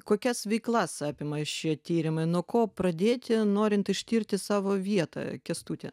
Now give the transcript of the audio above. kokias veiklas apima šie tyrimai nuo ko pradėti norint ištirti savo vietą kęstuti